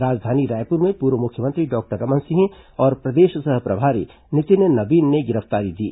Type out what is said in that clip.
राजधानी रायपुर में पूर्व मुख्यमंत्री डॉक्टर रमन सिंह और प्रदेश सह प्रभारी नितिन नबीन ने गिरफ्तारी दी